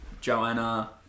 Joanna